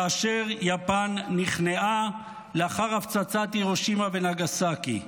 כאשר יפן נכנעה לאחר הפצצת הירושימה ונגסקי.